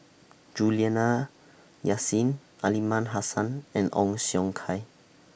Juliana Yasin Aliman Hassan and Ong Siong Kai